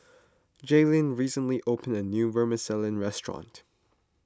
Jaelyn recently opened a new Vermicelli restaurant